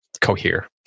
cohere